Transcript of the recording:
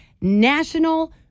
national